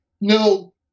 No